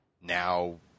now